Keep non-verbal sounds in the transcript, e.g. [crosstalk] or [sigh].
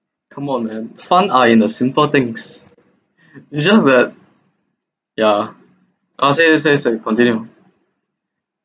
come on man fun are in the simple things [breath] it's just that ya ah sorry sorry sorry continue